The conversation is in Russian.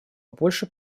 больше